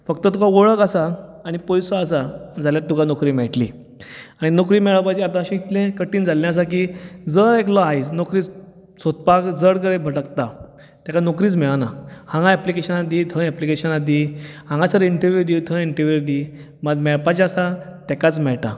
फक्त तुका वळख आसा आनी पयसो आसा जाल्यार तुका नोकरी मेळटली आनी नोकरी मेळप आतं अशें इतलें कठीण जाल्लें आसा की जर एकलो आयज नोकरी सोदपाक जर कडे भटकता ताका नोकरीच मेळना हांगा एप्लीकेशनां दी हांगासर इंटरव्यू दी थंयसर इंटरव्यू दी मेळपाचें आसा तेकाट मेळटा